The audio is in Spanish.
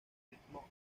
ritmo